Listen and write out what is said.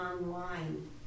online